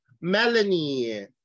Melanie